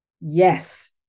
Yes